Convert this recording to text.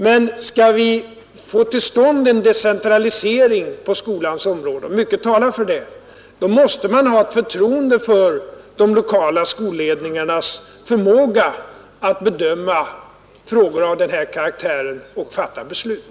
Men skall vi få till stånd en decentralisering på skolans område — och mycket talar för det — måste vi ha förtroende för de lokala skolledningarnas förmåga att bedöma frågor av denna karaktär och fatta beslut.